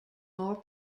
more